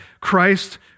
Christ